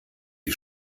die